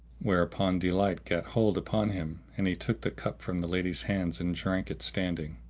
whereupon delight gat hold upon him and he took the cup from the lady's hands and drank it standing.